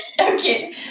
Okay